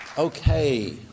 Okay